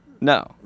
No